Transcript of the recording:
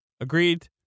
Agreed